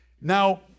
Now